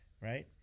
right